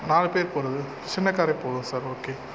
நாலு பேர் போகிறது சின்ன காரே போதும் சார் ஓகே